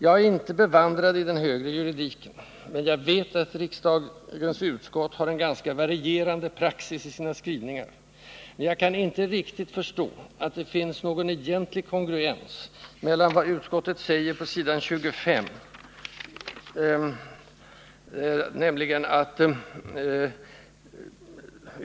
Jag är inte bevandrad i den högre juridiken, men jag vet att riksdagens utskott har ganska varierande praxis beträffande sina skrivningar.